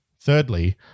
Thirdly